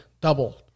double